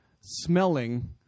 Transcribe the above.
smelling